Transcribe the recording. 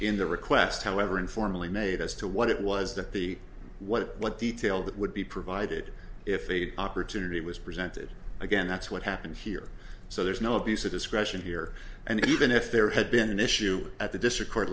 in the request however informally made as to what it was that the what detail that would be provided if a good opportunity was presented again that's what happened here so there's no abuse of discretion here and even if there had been an issue at the district court